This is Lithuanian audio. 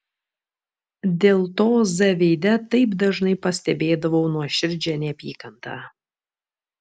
dėl to z veide taip dažnai pastebėdavau nuoširdžią neapykantą